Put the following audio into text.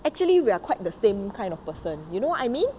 actually we are quite the same kind of person you know what I mean